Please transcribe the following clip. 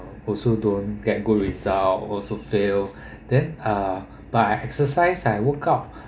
also don't get good result also fail then uh but I exercise I woke up